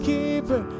Keeper